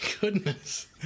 goodness